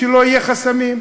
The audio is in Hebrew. שלא יהיו חסמים,